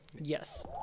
Yes